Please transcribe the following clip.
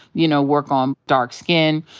you know, work on dark skin.